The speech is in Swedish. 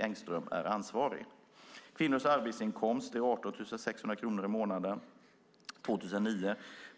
Engström är ansvarig för detta. Kvinnors arbetsinkomst var 18 600 kronor i månaden 2009.